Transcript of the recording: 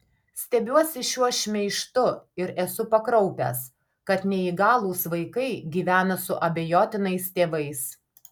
stebiuosi šiuo šmeižtu ir esu pakraupęs kad neįgalūs vaikai gyvena su abejotinais tėvais